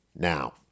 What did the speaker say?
Now